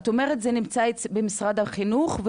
את אומרת שזה נמצא במשרד החינוך,